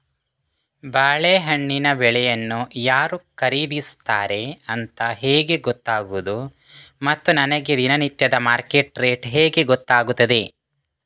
ಬಾಳೆಹಣ್ಣಿನ ಬೆಳೆಯನ್ನು ಯಾರು ಖರೀದಿಸುತ್ತಾರೆ ಅಂತ ಹೇಗೆ ಗೊತ್ತಾಗುವುದು ಮತ್ತು ನನಗೆ ದಿನನಿತ್ಯದ ಮಾರ್ಕೆಟ್ ರೇಟ್ ಹೇಗೆ ಗೊತ್ತಾಗುತ್ತದೆ?